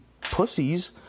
pussies